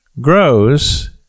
grows